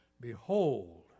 Behold